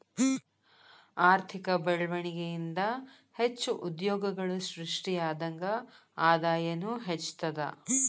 ಆರ್ಥಿಕ ಬೆಳ್ವಣಿಗೆ ಇಂದಾ ಹೆಚ್ಚು ಉದ್ಯೋಗಗಳು ಸೃಷ್ಟಿಯಾದಂಗ್ ಆದಾಯನೂ ಹೆಚ್ತದ